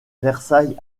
versailles